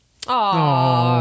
Aww